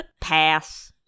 pass